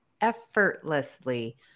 effortlessly